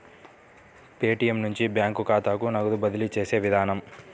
Paytm నుంచి bank ఖాతాకు నగదు బదిలీ చేసే విధానం